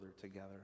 together